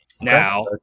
Now